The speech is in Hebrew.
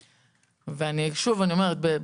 שוב אני אומרת,